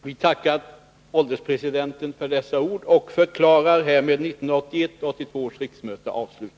Vi tackar ålderspresidenten för dessa ord, och jag förklarar härmed